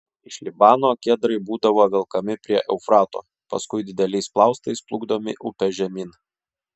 iš libano kedrai būdavo velkami prie eufrato paskui dideliais plaustais plukdomi upe žemyn